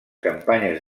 campanyes